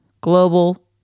global